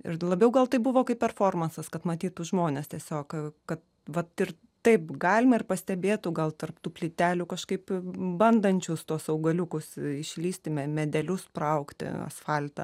ir labiau gal tai buvo kaip performansas kad matytų žmonės tiesiog kad vat ir taip galima ir pastebėtų gal tarp tų plytelių kažkaip bandančius tuos augaliukus išlįsti me medelius praaugti asfaltą